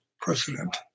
president